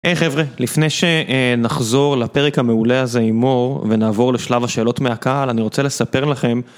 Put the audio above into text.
היי חבר'ה, לפני שנחזור לפרק המעולה הזה עם מור, ונעבור לשלב השאלות מהקהל, אני רוצה לספר לכם...